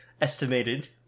estimated